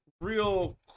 real